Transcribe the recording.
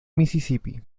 misisipi